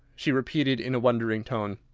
she repeated in a wondering tone.